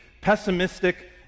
pessimistic